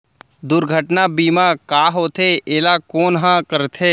दुर्घटना बीमा का होथे, एला कोन ह करथे?